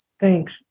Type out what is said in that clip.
Thanks